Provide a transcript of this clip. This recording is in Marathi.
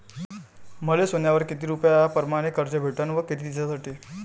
मले सोन्यावर किती रुपया परमाने कर्ज भेटन व किती दिसासाठी?